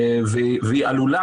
והיא עלולה,